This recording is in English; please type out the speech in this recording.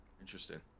Interesting